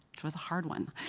it was a hard one.